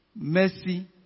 Mercy